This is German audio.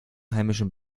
heimischen